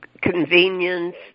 convenience